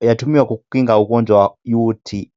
yatumiwa kwa kukinga ugonjwa wa uti.